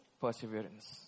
perseverance